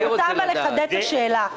אני רוצה לחדד את השאלה.